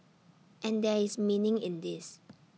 and there is meaning in this